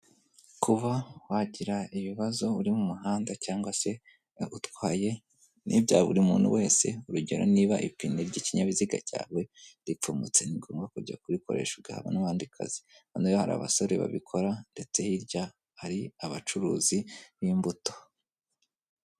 Kuba wagira ibibazo uri mu muhanda cyangwa se utwaye n'ibya buri muntu wese urugero: niba ipine ry'ikinyabiziga cyawe ripfumutse ni ngombwa kujya kurikoresha ugahaba n'abandi kazi, hano hari abasore babikora ndetse hirya hari abacuruzi b'imbuto.